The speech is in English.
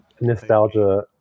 Nostalgia